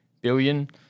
billion